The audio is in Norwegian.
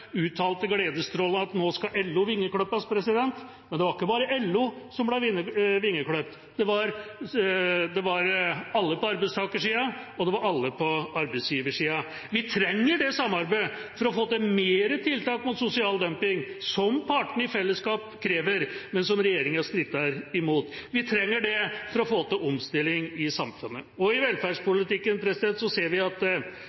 uttalte at nå skal LO vingeklippes. Men det var ikke bare LO som ble vingeklippet – det var alle på arbeidstakersida og alle på arbeidsgiversida. Vi trenger det samarbeidet for å få til flere tiltak mot sosial dumping, som partene i fellesskap krever, men som regjeringa stritter imot. Vi trenger det for å få til omstilling i samfunnet. I velferdspolitikken ser vi at